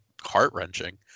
heart-wrenching